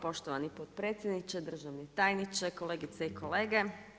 Poštovani potpredsjedniče, državni tajniče, kolegice i kolege.